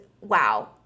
wow